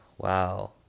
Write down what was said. Wow